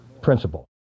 principle